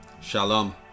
Shalom